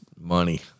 money